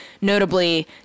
Notably